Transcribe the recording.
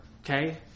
okay